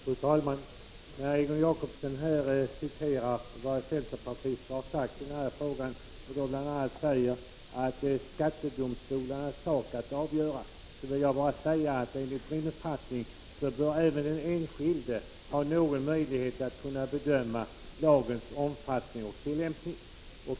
Fru talman! Egon Jacobsson citerade vad centerpartister sagt i den här frågan och sade att det är skattedomstolarnas sak att avgöra tillämpningen. Enligt min uppfattning bör även den enskilde ha möjlighet att bedöma lagens omfattning och tillämpning.